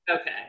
Okay